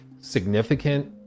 significant